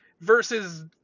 versus